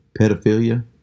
pedophilia